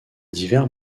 divers